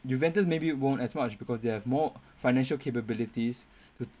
Juventus maybe won't as much because they have more financial capabilities